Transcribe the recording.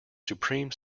supreme